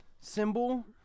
symbol